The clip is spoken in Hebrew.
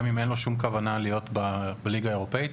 גם אם אין לו שום כוונה להיות בליגה האירופאית?